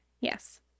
yes